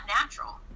natural